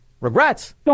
Regrets